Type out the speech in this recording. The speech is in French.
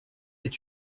est